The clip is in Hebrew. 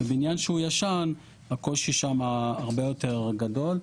ובבניין שהוא ישן הקושי שם הרבה יותר גדול,